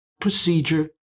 procedure